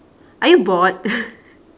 are you bored